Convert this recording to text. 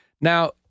Now